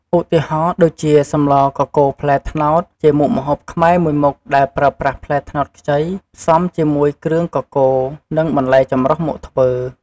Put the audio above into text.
ឧទាហរណ៍ដូចជា សម្លរកកូរផ្លែត្នោត ជាមុខម្ហូបខ្មែរមួយមុខដែលប្រើប្រាស់ផ្លែត្នោតខ្ចី ផ្សំជាមួយគ្រឿងកកូរ និងបន្លែចម្រុះមកធ្វើ។